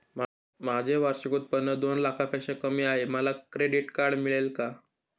माझे वार्षिक उत्त्पन्न दोन लाखांपेक्षा कमी आहे, मला क्रेडिट कार्ड मिळेल का?